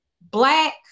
Black